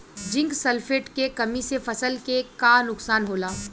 Zinc sulphate के कमी से फसल के का नुकसान होला?